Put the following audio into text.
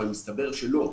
אבל מסתבר שלא.